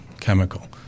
chemical